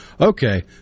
okay